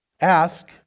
Ask